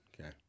Okay